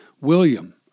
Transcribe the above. William